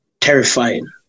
terrifying